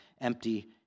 empty